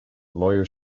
lawyers